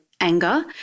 anger